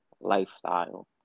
lifestyle